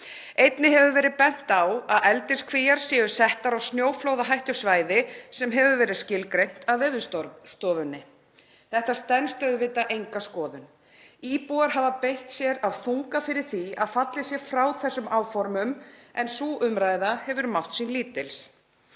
Einnig hefur verið bent á að eldiskvíar séu settar á snjóflóðahættusvæði sem hefur verið skilgreint af Veðurstofunni. Þetta stenst auðvitað enga skoðun. Íbúar hafa beitt sér af þunga fyrir því að fallið sé frá þessum áformum en sú umræða hefur mátt sín lítils.